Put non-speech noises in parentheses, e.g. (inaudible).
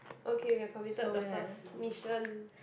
so we have (breath)